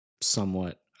somewhat